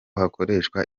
hakoreshwa